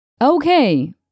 Okay